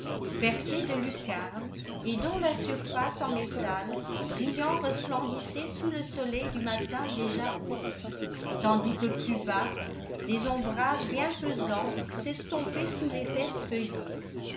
percés de lucarnes et dont la surface en métal brillant resplendissait sous le soleil du matin déjà haut tandis que plus bas des ombrages bienfaisants s'estompaient sous l'épaisse feuillée